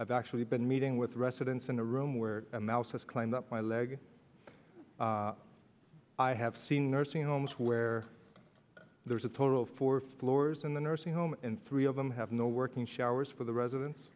have actually been meeting with residents in a room where a mouse has climbed up my leg i have seen nursing homes where there is a total of four floors in the nursing home and three of them have no working showers for the residents